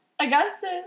Augustus